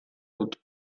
dut